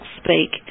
speak